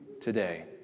today